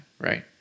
right